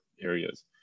areas